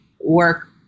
work